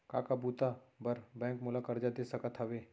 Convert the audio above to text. का का बुता बर बैंक मोला करजा दे सकत हवे?